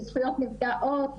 בזכויות לנפגעות,